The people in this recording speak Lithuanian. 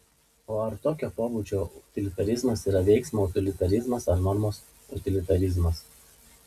o ar tokio pobūdžio utilitarizmas yra veiksmo utilitarizmas ar normos utilitarizmas